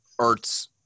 Ertz